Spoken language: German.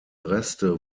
reste